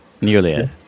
nearly